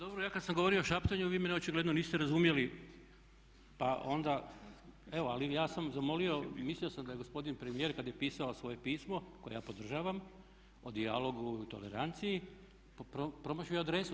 Pa dobro, ja kad sam govorio o šaptanju vi mene očigledno niste razumjeli pa onda evo, ali ja sam zamolio, mislio sam da je gospodin premijer kad je pisao svoje pismo koje ja podržavam o dijalogu i toleranciji promašio adresu.